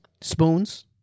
Spoons